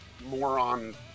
moron